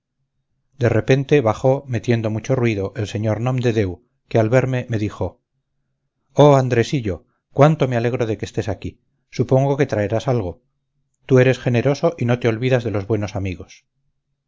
de repente bajó metiendo mucho ruido el sr nomdedeu que al verme me dijo oh andresillo cuánto me alegro de que estés aquí supongo que traerás algo tú eres generoso y no te olvidas de los buenos amigos